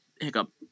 Hiccup